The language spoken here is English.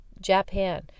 Japan